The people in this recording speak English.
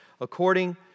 according